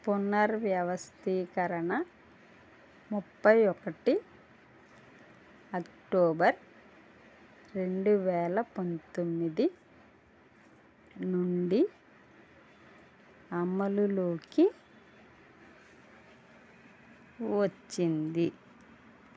పునర్వ్యవస్తీకరణ ముప్పై ఒకటి అక్టోబర్ రెండు వేల పంతొమ్మిది నుండి అమలులోకి వచ్చింది